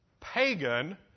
pagan